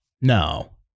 No